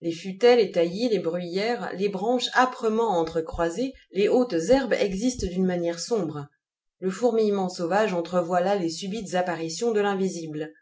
les futaies les taillis les bruyères les branches âprement entre croisées les hautes herbes existent d'une manière sombre le fourmillement sauvage entrevoit là les subites apparitions de l'invisible